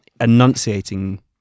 enunciating